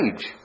age